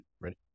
Ready